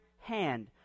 hand